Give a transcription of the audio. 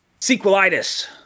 Sequelitis